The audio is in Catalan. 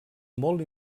molt